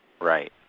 right